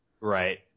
Right